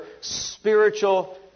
spiritual